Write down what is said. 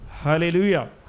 Hallelujah